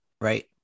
right